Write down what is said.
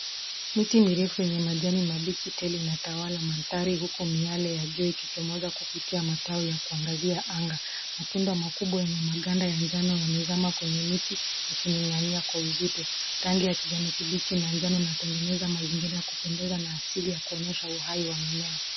Miti mirefu yenye majani mabichi tele inatawala mandhari huku miale ya jua ikichomoza kupitia matawi ya kuangazia anga. Matunda makubwa yenye maganda ya njano yamezama kwenye miti yakining'inia kwa uzito. Rangi ya kijani kibichi na njano inatengeneza mazingira ya kupendeza na asili ya kuonyesha uhai wa mimea.